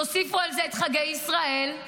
תוסיפו על זה את חגי ישראל,